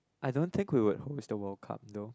I don't think we would host the World Cup though